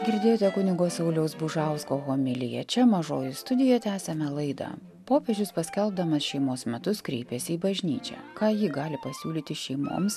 girdėjote kunigo sauliaus bužausko homiliją čia mažoji studija tęsiame laidą popiežius paskelbdamas šeimos metus kreipėsi į bažnyčią ką ji gali pasiūlyti šeimoms